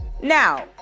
Now